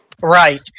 Right